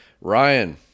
Ryan